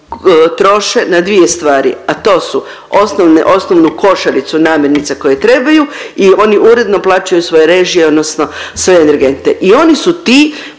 troše na dvije stvari, a to su osnovne, osnovnu košaricu, namirnice koje trebaju i oni uredno plaćaju svoje režije odnosno sve energente i oni su ti